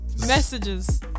Messages